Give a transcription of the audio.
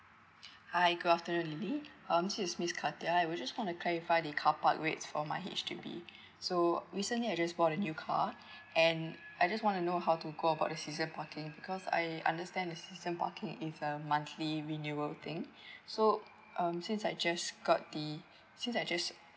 hi good afternoon lily um this is miss katia I was just want to clarify the carpark rates for my H_D_B so recently I just bought a new car and I just want to know how to go about the season parking because I understand the season parking is a monthly renewal thing so um since I just got the since I just